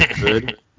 good